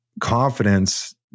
confidence